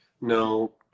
No